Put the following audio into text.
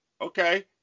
Okay